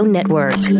Network